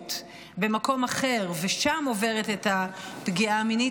שירות במקום אחר ושם עוברת את הפגיעה המינית,